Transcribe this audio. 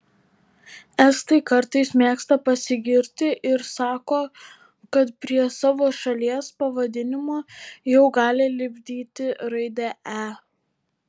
estai kartais mėgsta pasigirti ir sako kad prie savo šalies pavadinimo jau gali lipdyti raidę e